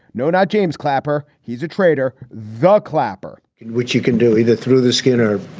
no, not james clapper. he's a traitor the clapper in which you can do either through the skin or